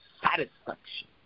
satisfaction